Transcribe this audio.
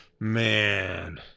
Man